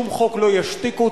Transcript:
שום חוק לא ישתיק אותי,